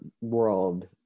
world